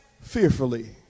fearfully